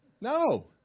No